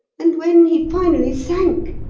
and when he finally sank,